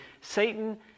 Satan